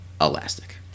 elastic